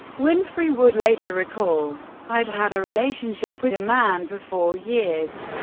winfrey would later recall i'd had a relationship with a man for four years.